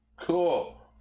Cool